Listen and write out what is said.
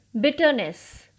bitterness